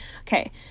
Okay